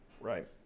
Right